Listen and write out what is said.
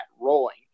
rolling